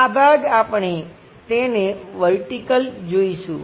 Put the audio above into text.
આ ભાગ આપણે તેને વર્ટિકલ જોઈશું